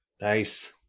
Nice